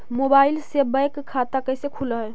Mobile से bank खाता कैसे खुल है?